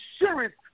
insurance